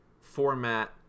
format